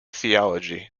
theology